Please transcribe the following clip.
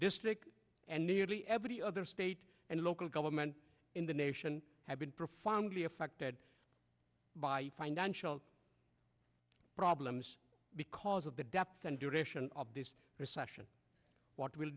district and nearly every other state and local government in the nation have been profoundly affected by financial problems because of the depth and duration of this recession what will